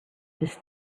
this